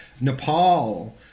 Nepal